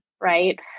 Right